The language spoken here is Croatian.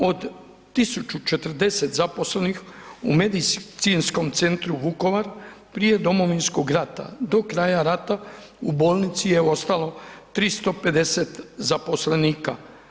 Od tisuću 40 zaposlenih u Medicinskom centru Vukovar prije Domovinskog rata, do kraja rata u bolnici je ostalo 350 zaposlenika.